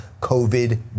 COVID